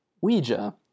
ouija